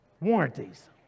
Warranties